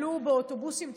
עלו באוטובוסים צפופים,